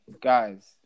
guys